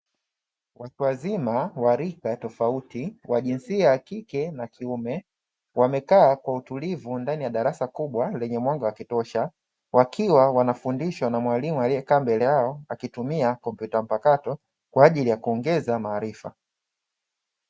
Watu wazima wa rika tofauti wa jinsia ya kike na kiume, wamekaa kwa utulivu ndani ya darasa kubwa lenye mwanga wa kutosha, wakiwa wanafundishwa na mwalimu aliyekaa mbele yao akitumia kompyuta mpakato, kwa ajili ya kuongeza maarifa.